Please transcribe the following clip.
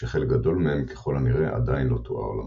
שחלק גדול מהם ככל הנראה עדיין לא תואר למדע.